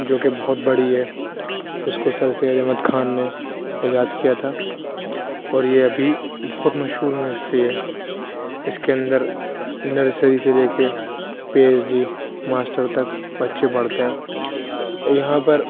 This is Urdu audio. جو کہ بہت بڑی ہے اس کو سر سید احمد خان نے ایجاد کیا تھا اور یہ ابھی بہت مشہور یونیورسٹی ہے اس کے اندر نرسری سے لے کے پی ایچ ڈی ماسٹر تک بچے پڑھتے ہیں یہاں پر